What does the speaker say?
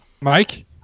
Mike